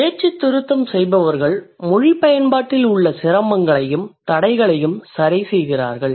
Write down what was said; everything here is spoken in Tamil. பேச்சுத் திருத்தம் செய்பவர்கள் மொழிப் பயன்பாட்டில் உள்ள சிரமங்களையும் தடைகளையும் சரி செய்கிறார்கள்